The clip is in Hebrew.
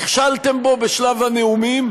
נכשלתם בו בשלב הנאומים